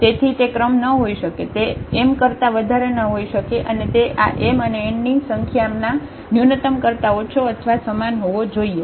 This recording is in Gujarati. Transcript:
તેથી તે ક્રમ ન હોઈ શકે તે m કરતા વધારે ન હોઈ શકે અને તે આ m અને n ની સંખ્યાના ન્યૂનતમ કરતા ઓછો અથવા સમાન હોવો જોઈએ